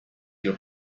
your